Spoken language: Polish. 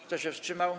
Kto się wstrzymał?